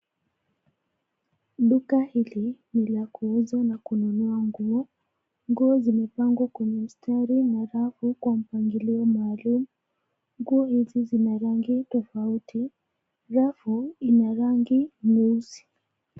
Duka hili ni la kuuza na kununua nguo, nguo zimepangwa kwenye mstari na rafu kwa mpangilio maalum. Nguo hizi Zina rangi tofauti, rafu ina rangi nyeusi.